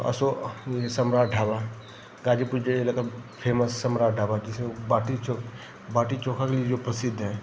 अशोक यह सम्राट ढाबा गाज़ीपुर जिले का फ़ेमस सम्राट ढाबा जिसमें बाटी बाटी चो बाटी चोख़ा के लिए जो प्रसिद्ध है